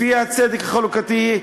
לפי הצדק החלוקתי,